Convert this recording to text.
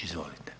Izvolite.